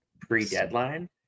pre-deadline